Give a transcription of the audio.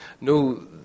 No